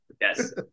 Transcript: Yes